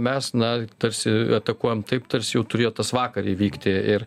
mes na tarsi atakuojam taip tarsi jų turėtas vakar įvykti ir